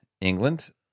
England